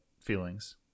feelings